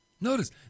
Notice